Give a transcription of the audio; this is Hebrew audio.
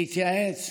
להתייעץ,